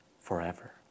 forever